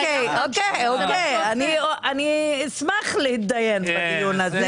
אוקיי, אני אשמח להתדיין בדיון הזה.